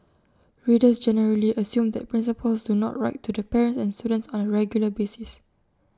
readers generally assume that principals do not write to the parents and students on A regular basis